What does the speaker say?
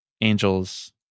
Angels